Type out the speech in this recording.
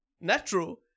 natural